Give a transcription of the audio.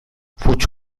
fuig